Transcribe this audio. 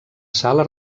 sala